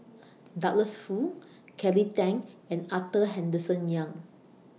Douglas Foo Kelly Tang and Arthur Henderson Young